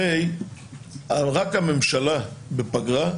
הרי רק הממשלה בפגרה,